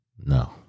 No